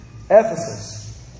Ephesus